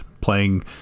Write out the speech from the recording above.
playing